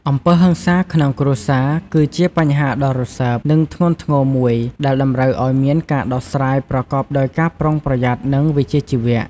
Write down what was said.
អំពើហិង្សាក្នុងគ្រួសារ គឺជាបញ្ហាដ៏រសើប និងធ្ងន់ធ្ងរមួយ ដែលតម្រូវឲ្យមានការដោះស្រាយប្រកបដោយការប្រុងប្រយ័ត្ន និងវិជ្ជាជីវៈ។